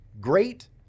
great